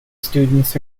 students